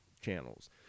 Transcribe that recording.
channels